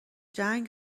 جنگ